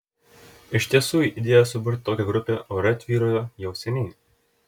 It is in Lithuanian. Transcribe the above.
iš tiesų idėja suburti tokią grupę ore tvyrojo jau seniai